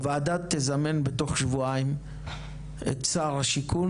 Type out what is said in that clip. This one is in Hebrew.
הוועדה תזמן בתוך שבועיים את שר השיכון